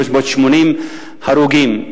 380 הרוגים.